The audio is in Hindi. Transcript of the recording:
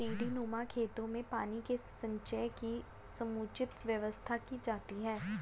सीढ़ीनुमा खेतों में पानी के संचय की समुचित व्यवस्था की जाती है